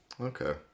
Okay